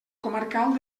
comarcal